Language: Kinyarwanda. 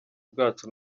bwacu